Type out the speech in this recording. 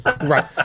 right